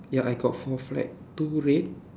ya I got four flag two red